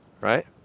right